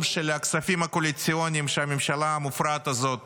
הכספים הקואליציוניים שהממשלה המופרעת הזאת